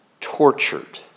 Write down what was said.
tortured